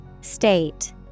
State